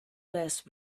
less